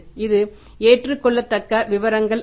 இது ஏற்றுக்கொள்ளத்தக்க விவகாரங்கள் அல்ல